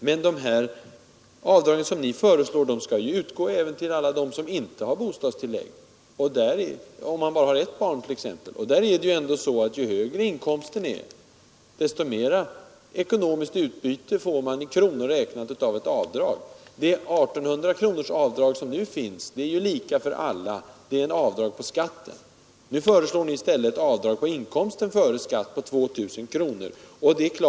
Men de avdrag som ni föreslår skall ju utgå även till alla dem som inte har bostadstillägg — t.ex. de som bara har ett barn — och för dem blir det större ekonomiskt utbyte i kronor av ett avdrag ju högre inkomsten är. Det 1 800-kronorsavdrag som nu tillämpas är ju lika för alla. Det är ett avdrag på skatten. Nu föreslår ni i stället ett avdrag på inkomsten före skatt på 2 000 kronor.